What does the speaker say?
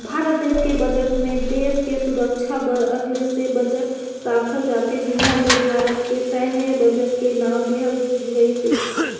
भारत देस के बजट मे देस के सुरक्छा बर अगले से बजट राखल जाथे जिहां ले भारत के सैन्य बजट के नांव देहल गइसे